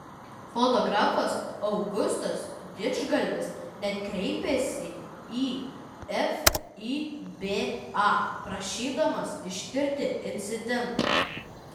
fotografas augustas didžgalvis net kreipėsi į fiba prašydamas ištirti incidentą